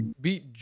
beat